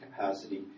capacity